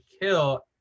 kill